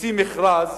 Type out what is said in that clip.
מוציא מכרז